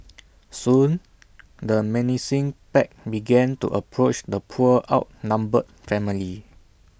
soon the menacing pack began to approach the poor outnumbered family